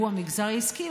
שהוא המגזר העסקי,